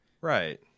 Right